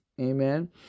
Amen